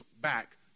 back